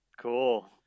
Cool